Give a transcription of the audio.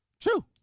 True